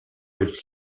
with